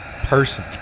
person